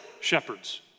shepherds